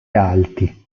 alti